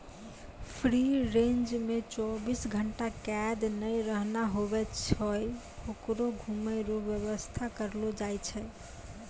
free range मे चौबीस घंटा कैद नै रहना हुवै छै होकरो घुमै रो वेवस्था करलो जाय छै